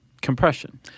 compression